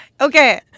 Okay